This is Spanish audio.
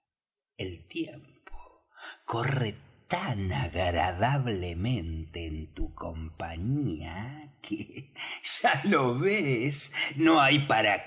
el tiempo corre tan agradablemente en tu compañía que ya lo ves no hay para